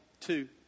two